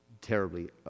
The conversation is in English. terribly